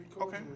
Okay